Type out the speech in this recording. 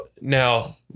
now